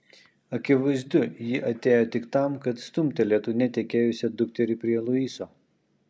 akivaizdu ji atėjo tik tam kad stumtelėtų netekėjusią dukterį prie luiso